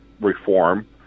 reform